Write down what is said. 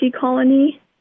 Colony